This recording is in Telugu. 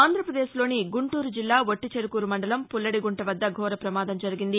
ఆంధ్రప్రదేశ్లోని గుంటూరు జిల్లా వట్టిచెరుకూరు మండలం పుల్లడిగుంట వద్ద ఘోర ప్రమాదం జరిగింది